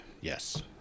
yes